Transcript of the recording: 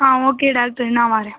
ஆ okay doctor நான் வரேன்